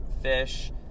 fish